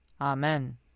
Amen